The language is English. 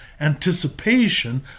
anticipation